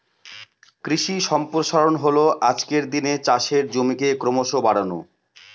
কৃষি সম্প্রসারণ হল আজকের দিনে চাষের জমিকে ক্রমশ বাড়ানো